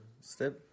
step